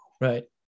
Right